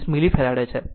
5 મિલિફેરાડે છે